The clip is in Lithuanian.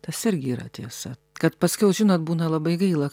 tas irgi yra tiesa kad paskiau žinot būna labai gaila